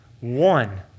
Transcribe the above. One